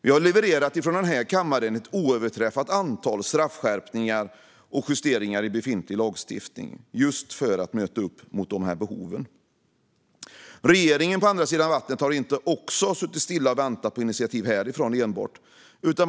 Vi har från denna kammare levererat ett oöverträffat antal straffskärpningar och justeringar av befintlig lagstiftning, just för att möta dessa behov. Regeringen på andra sidan vattnet har inte heller suttit stilla och enbart väntat på initiativ härifrån.